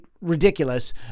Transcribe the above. ridiculous